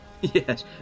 yes